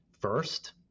first